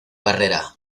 barrera